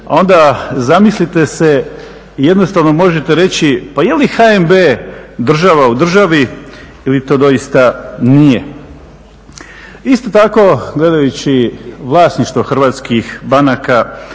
onda zamislite se i jednostavno možete reći pa je li HNB država u državi ili to doista nije. Isto tako gledajući vlasništvo hrvatskih banaka